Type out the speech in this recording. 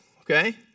Okay